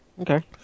okay